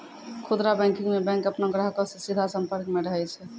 खुदरा बैंकिंग मे बैंक अपनो ग्राहको से सीधा संपर्क मे रहै छै